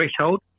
Threshold